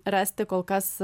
rasti kol kas